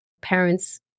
parents